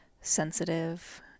sensitive